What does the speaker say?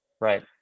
Right